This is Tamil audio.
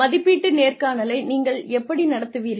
மதிப்பீட்டு நேர்காணலை நீங்கள் எப்படி நடத்துவீர்கள்